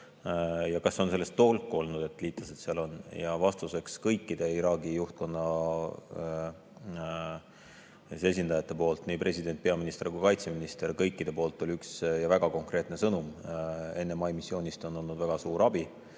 Ja kas on sellest tolku olnud, et liitlased seal on. Ja vastuseks kõikidelt Iraagi juhtkonna esindajatelt – nii president, peaminister kui kaitseminister –, kõikidelt oli üks väga konkreetne sõnum: NMI missioonist on olnud väga suur abi.